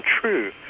true